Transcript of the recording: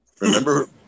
Remember